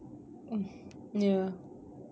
ugh ya